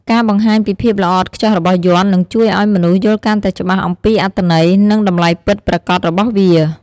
ការបង្ហាញពីភាពល្អឥតខ្ចោះរបស់យ័ន្ត នឹងជួយឱ្យមនុស្សយល់កាន់តែច្បាស់អំពីអត្ថន័យ និងតម្លៃពិតប្រាកដរបស់វា។